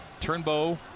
turnbow